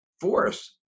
force